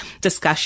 discussion